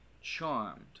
charmed